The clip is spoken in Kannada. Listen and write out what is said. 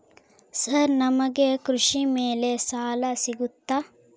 ಸರ್ ನಮಗೆ ಕೃಷಿ ಮೇಲೆ ಸಾಲ ಸಿಗುತ್ತಾ?